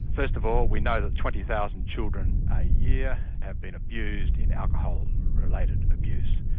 first of all we know that twenty thousand children a year have been abused in alcohol related abuse.